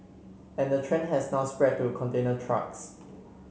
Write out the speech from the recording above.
and the trend has now spread to container trucks